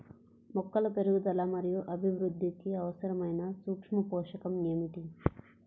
మొక్కల పెరుగుదల మరియు అభివృద్ధికి అవసరమైన సూక్ష్మ పోషకం ఏమిటి?